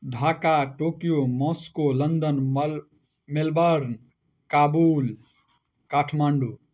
Dhaka Tokyo Moscow London मल Melbourne Kabul Kathmandu